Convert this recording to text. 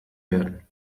werden